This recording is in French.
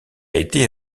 été